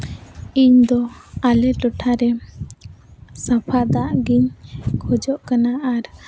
ᱤᱧᱫᱚ ᱟᱞᱮ ᱴᱚᱴᱷᱟᱨᱮ ᱥᱟᱯᱷᱟ ᱫᱟᱜ ᱜᱤᱧ ᱠᱷᱚᱡᱚᱜ ᱠᱟᱱᱟ ᱟᱨ